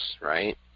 right